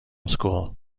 school